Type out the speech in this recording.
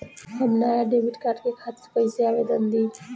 हम नया debit card के खातिर कइसे आवेदन दीं?